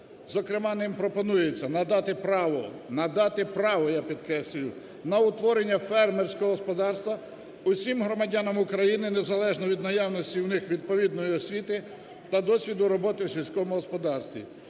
зокрема, ним пропонується: надати право (надати право, я підкреслюю) на утворення фермерського господарства усім громадянам України, незалежно від наявності у них відповідної освіти та досвіду роботи у сільському господарстві;